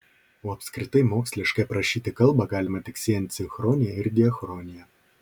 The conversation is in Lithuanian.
o apskritai moksliškai aprašyti kalbą galima tik siejant sinchronija ir diachroniją